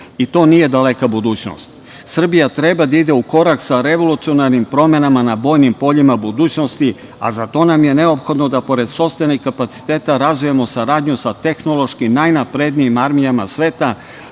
i to nije daleka budućnost. Srbija treba da ide u korak sa revolucionarnim promenama na bojnim poljima budućnosti, a za to nam je neophodno da pored sopstvenih kapaciteta razvijemo saradnju sa tehnološki najnaprednijim armijama sveta